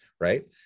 right